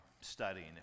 studying